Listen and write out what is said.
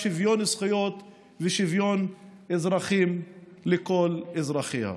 שוויון זכויות ושוויון אזרחים לכל אזרחיה.